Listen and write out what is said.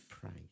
price